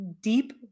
deep